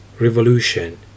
revolution